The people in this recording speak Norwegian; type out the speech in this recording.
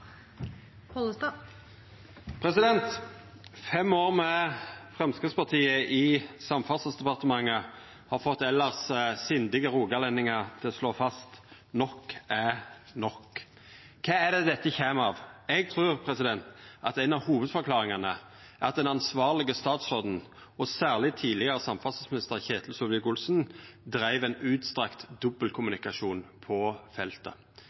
Fem år med Framstegspartiet i Samferdselsdepartementet har fått elles sindige rogalendingar til å slå fast at nok er nok. Kva kjem dette av? Eg trur at ei av hovudforklaringane er at den ansvarlege statsråden, og særleg tidlegare samferdselsminister Ketil Solvik-Olsen, dreiv ein utstrekt dobbeltkommunikasjon på feltet.